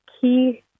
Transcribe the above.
key